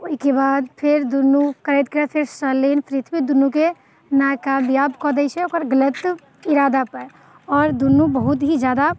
ओहिके बाद फेर दुनू करि कऽ फेर सलिन पृथ्वी दुनूकेँ नाकमयाब कऽ दैत छै ओकर गलत इरादापर आओर दुनू बहुत ही ज्यादा